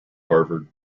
harvard